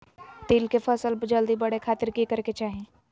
तिल के फसल जल्दी बड़े खातिर की करे के चाही?